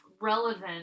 relevant